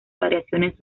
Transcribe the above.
variaciones